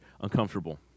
uncomfortable